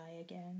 again